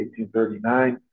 1839